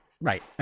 Right